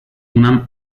una